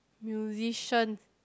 musician